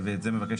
במקום